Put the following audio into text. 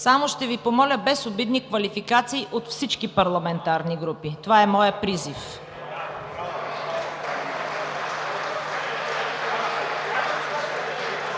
Само ще Ви помоля – без обидни квалификации, от всички парламентарни групи. Това е моят призив.